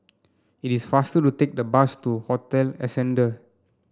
it is faster to take the bus to Hotel Ascendere